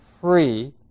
free